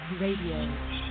Radio